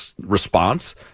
response